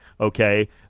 okay